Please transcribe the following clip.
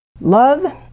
Love